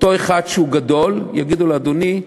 אותו אחד שהוא גדול, יגידו לו: אדוני,